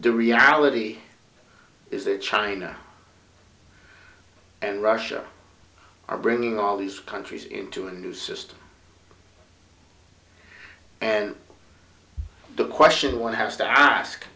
the reality is that china and russia are bringing all these countries into a new system and the question one has to ask